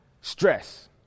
Stress